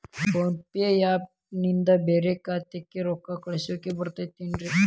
Phone pay app ನಿಂದ ಬ್ಯಾರೆ ಖಾತೆಕ್ ರೊಕ್ಕಾ ಕಳಸಾಕ್ ಬರತೈತೇನ್ರೇ?